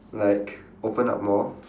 like opened up more